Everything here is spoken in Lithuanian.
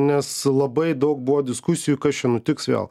nes labai daug buvo diskusijų kas čia nutiks vėl